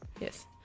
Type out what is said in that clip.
Yes